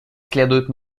следует